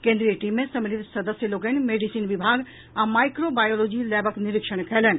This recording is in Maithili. केन्द्रीय टीम मे सम्मिलित सदस्य लोकनि मेडिसीन विभाग आ माईक्रो बायोलॉजी लैबक निरीक्षण कयलनि